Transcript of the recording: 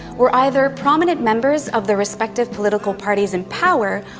were either prominent members of their respective political parties in power,